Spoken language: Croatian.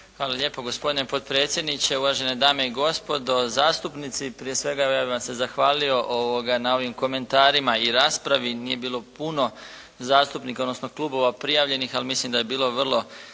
Hvala lijepo gospodine potpredsjedniče, uvažene dame i gospodo zastupnici. Prije svega ja bih vam se zahvalio na ovim komentarima i raspravi. Nije bilo puno zastupnika, odnosno klubova prijavljenih, ali mislim da je bilo vrlo